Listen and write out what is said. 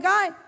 God